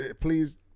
please